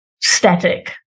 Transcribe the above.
static